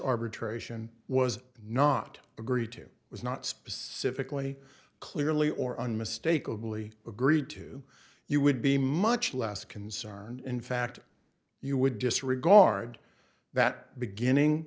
arbitration was not agreed to was not specifically clearly or unmistakably agreed to you would be much less concerned in fact you would disregard that beginning